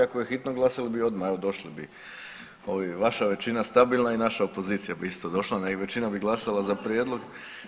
Ako je hitno glasali bi odmah, evo došli bi ovi, vaša većina stabilna i naša opozicija bi isto došla i većina bi glasala za prijedlog.